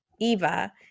Eva